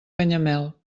canyamel